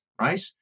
right